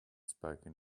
spoken